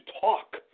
talk